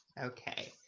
okay